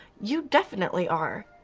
you definitely are.